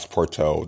Porto